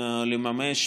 למה ללמוד מדעי היהדות?